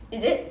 is it